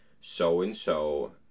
so-and-so